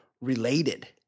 related